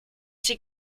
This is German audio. sie